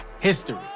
History